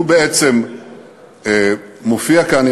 והוא בעצם מופיע כאן,